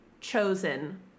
chosen